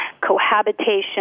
cohabitation